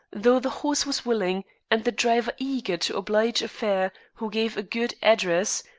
though the horse was willing and the driver eager to oblige a fare who gave a good address,